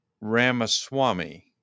Ramaswamy